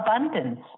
abundance